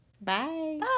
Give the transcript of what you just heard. Bye